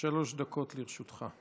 שלוש דקות לרשותך.